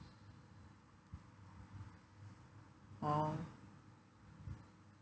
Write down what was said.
orh